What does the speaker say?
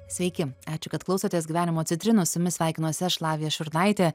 sveiki ačiū kad klausotės gyvenimo citrinų su mumis sveikinuosi aš lavija šurnaitė